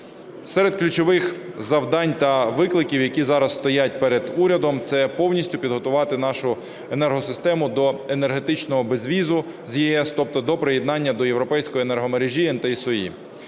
Серед ключових завдань та викликів, які зараз стоять перед урядом, – це повністю підготувати нашу енергосистему до енергетичного безвізу з ЄС, тобто до приєднання до європейської енергомережі